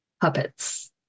puppets